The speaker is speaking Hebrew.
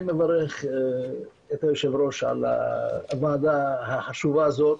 אני מברך את היושב ראש על הוועדה החשובה הזאת